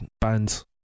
bands